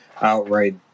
outright